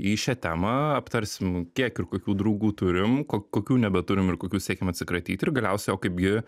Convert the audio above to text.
į šią temą aptarsim kiek ir kokių draugų turim kokių nebeturim ir kokių siekiam atsikratyt ir galiausiai o kaipgi